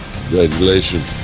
Congratulations